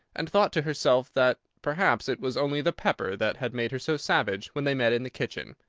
and thought to herself that perhaps it was only the pepper that had made her so savage when they met in the kitchen.